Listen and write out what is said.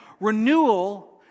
Renewal